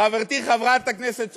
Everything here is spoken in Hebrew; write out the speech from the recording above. חברתי חברת הכנסת סויד,